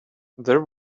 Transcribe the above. there